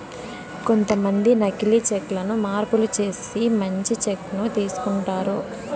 కొంతమంది నకీలి చెక్ లను మార్పులు చేసి మంచి చెక్ ను తీసుకుంటారు